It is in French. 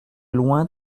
loin